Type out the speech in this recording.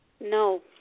No